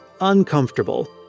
uncomfortable